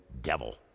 devil